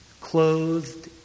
clothed